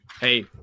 hey